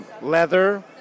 leather